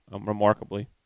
remarkably